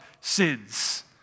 sins